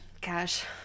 cash